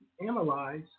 analyze